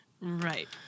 Right